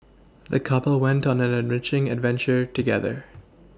the couple went on an enriching adventure together